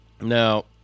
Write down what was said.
Now